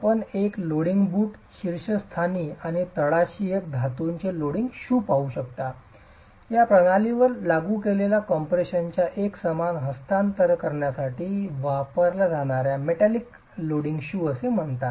आपण एक loading boot शीर्षस्थानी आणि तळाशी एक धातूचे लोडिंग शू पाहू शकता या प्रणालीवर लागू केलेल्या कॉम्प्रेशनच्या एकसमान हस्तांतरणासाठी वापरल्या जाणार्या मेटलिक लोडिंग शू असे म्हणतात